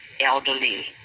elderly